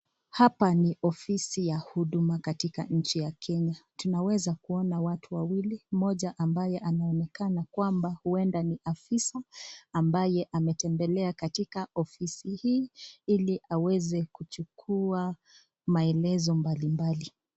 Hapa ni ofisi ya huduma katika nchi ya Kenya, tunaweza kuona watu wawili mmoja ambaye anaonekana kwamba huenda ni afisa ambaye ametembelea katika ofisi hii ili aweze kuchukua maelezo mbalimbali.